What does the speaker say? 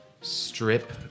strip